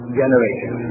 generation